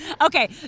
okay